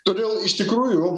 todėl iš tikrųjų